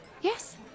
Yes